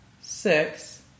six